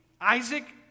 Isaac